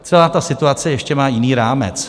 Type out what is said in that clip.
Celá ta situace má ještě jiný rámec.